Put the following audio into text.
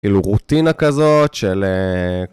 כאילו רוטינה כזאת של...